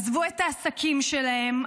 עזבו את העסקים שלהם,